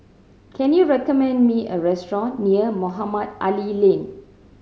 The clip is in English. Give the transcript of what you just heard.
can you recommend me a restaurant near Mohamed Ali Lane